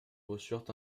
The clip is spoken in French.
reçurent